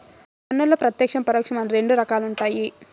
పన్నుల్ల ప్రత్యేక్షం, పరోక్షం అని రెండు రకాలుండాయి